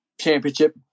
championship